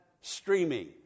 streaming